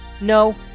No